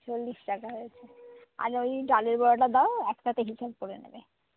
চল্লিশ টাকা হয়েছে আর ওই ডালের বড়াটা দাও একসাথে হিসাব করে নেবে